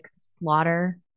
slaughter